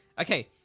Okay